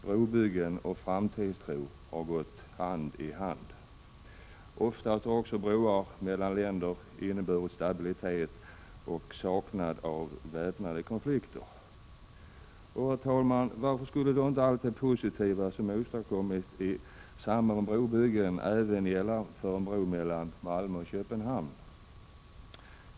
Brobyggen och framtidstro har gått hand i hand. Oftast har också broar mellan länder inneburit stabilitet och avsaknad av väpnade konflikter. Herr talman! Varför skulle inte allt det positiva som åstadkommits i samband med brobyggen gälla även för en bro mellan Malmö och Köpenhamn?